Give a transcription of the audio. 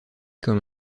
comme